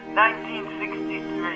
1963